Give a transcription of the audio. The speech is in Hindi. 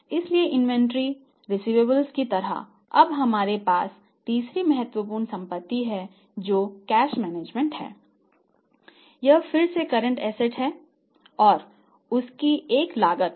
इसलिए इन्वेंट्री है और इसकी एक लागत है